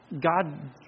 God